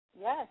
yes